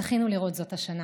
זכינו לראות זאת השנה.